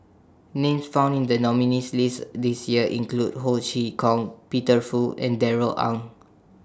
Names found in The nominees' list This Year include Ho Chee Kong Peter Fu and Darrell Ang